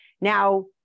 Now